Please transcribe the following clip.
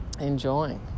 enjoying